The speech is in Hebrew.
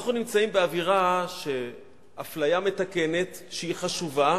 אנחנו נמצאים באווירה של אפליה מתקנת, שהיא חשובה,